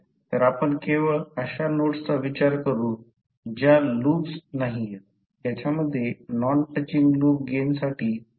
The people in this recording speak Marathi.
तर आपण केवळ अशा नोड्सचा विचार करू ज्या लूप्स नाहीयेत ज्याच्या मध्ये नॉन टचिंग लूप गेनसाठी सामान्य नोडस् नाहीयेत